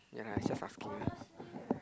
ya I just asking